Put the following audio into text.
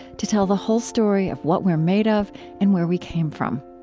to tell the whole story of what we're made of and where we came from.